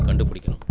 ah nobody can